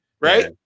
Right